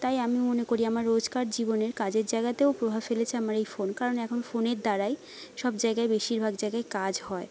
তাই আমি মনে করি আমার রোজকার জীবনের কাজের জায়গাতেও প্রভাব ফেলেছে আমার এই ফোন কারণ এখন ফোনের দ্বারাই সব জায়গায় বেশিরভাগ জায়গায় কাজ হয়